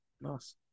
Nice